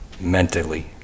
mentally